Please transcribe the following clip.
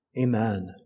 Amen